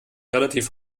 relativ